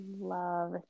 love